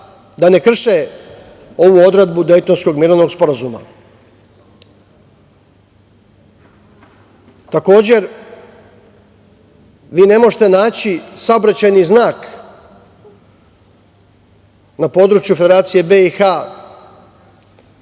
da ne krše ovu odredbu Dejtonskog mirovnog sporazuma. Takođe, vi ne možete naći saobraćajni znak na području Federacije BiH